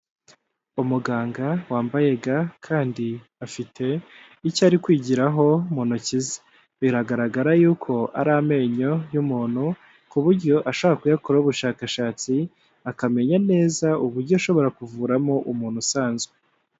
Umuganga wambaye ga, kandi afite icyo ari kwigiraho mu ntoki ze. Biragaragara yuko ari amenyo y'umuntu, ku buryo ashobora kuyakoraho ubushakashatsi, akamenya neza uburyo ashobora kuvuramo umuntu usanzwe.